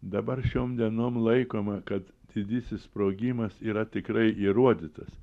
dabar šiom dienom laikoma kad didysis sprogimas yra tikrai įrodytas